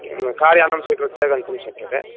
किं कार्यानं स्वीकृत्य गन्तुं शक्यते